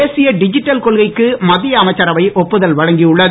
தேசிய டிஜிட்டல் கொள்கைக்கு மத்திய அமைச்சரவை ஒப்புதல் வழங்கி உள்ளது